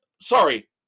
sorry